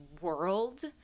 world